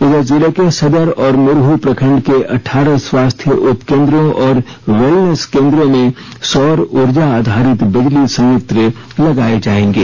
इधर जिले के सदर और मुरहू प्रखंड के अठारह स्वास्थ्य उपकेंद्रों और वेलनेस केंद्रों में सौर उर्जा आधारित बिजली संयत्र लगाए जाएंगे